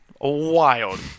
Wild